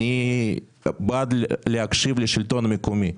אני בעד להקשיב לשלטון המקומי,